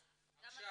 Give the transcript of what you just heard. כן.